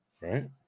Right